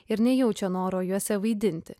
ir nejaučia noro juose vaidinti